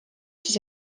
siis